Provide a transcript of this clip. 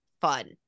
fun